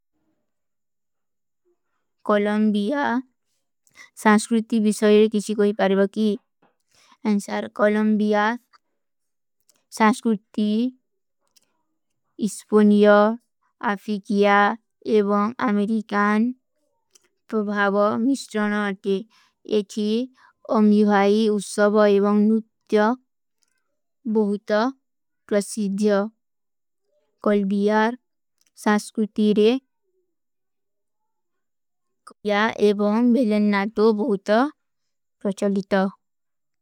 କଲମ୍ବିଯାତ, ସାଂସ୍କୃତି ଵିଶଯରେ କିସୀ କୋଈ ପାରେବା କୀ। ଅନ୍ଶାର କଲମ୍ବିଯାତ, ସାଂସ୍କୃତି, ଇସ୍ପୋନିଯା, ଆଫିକିଯା ଏବାଂଗ ଅମେରିକାନ ପ୍ରଭାଵା ମିଷ୍ଟ୍ରଣା ଅର୍ଥେ। ଯେଚୀ। ଅମ୍ଯୁଭାଈ ଉସ୍ସଵା ଏବାଂଗ ନୁତ୍ଯା ବହୁତ ପ୍ରସୀଜ୍ଯା। କଲମ୍ବିଯାତ, ସାଂସ୍କୃତି, ଇସ୍ପୋନିଯା, ଅମେରିକାନ ପ୍ରଭାଵା ମିଷ୍ଟ୍ରଣା ଅର୍ଥେ।